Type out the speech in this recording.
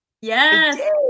yes